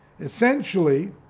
essentially